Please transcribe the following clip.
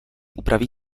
upraví